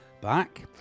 back